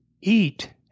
Eat